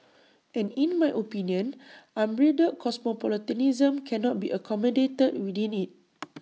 and in my opinion unbridled cosmopolitanism cannot be accommodated within IT